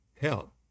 help